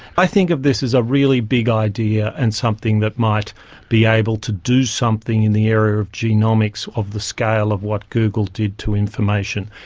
i think of this as a really big idea, and something that might be able to do something in the area of genomics of the scale of what google did to information.